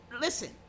listen